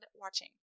watching